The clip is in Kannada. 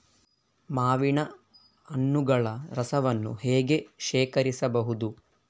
ಮಾವಿನ ಹಣ್ಣುಗಳ ರಸವನ್ನು ಹೇಗೆ ಶೇಖರಿಸಬಹುದು?